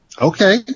okay